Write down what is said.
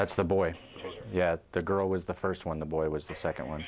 that's the boy yeah the girl was the first one the boy was the second one